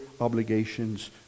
obligations